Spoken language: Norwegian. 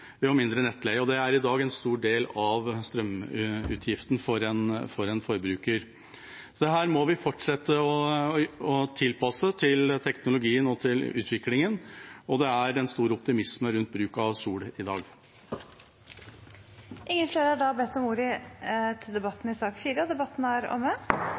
mindre nettleie. Det er i dag en stor del av strømutgiften for en forbruker. Dette må vi fortsette å tilpasse til teknologien og til utviklingen. Det er en stor optimisme rundt bruk av solceller i dag. Flere har ikke bedt om ordet til sak nr. 4. Etter ønske fra energi- og miljøkomiteen vil presidenten ordne debatten